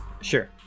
sure